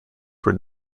were